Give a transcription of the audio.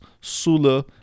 Sula